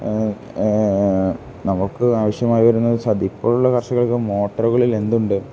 നമുക്ക് ആവശ്യമായി വരുന്നത് അതിപ്പോഴുള്ള കർഷകർക്ക് മോട്ടറുകളിൽ എന്തുണ്ട്